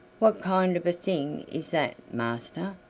what kind of a thing is that, master?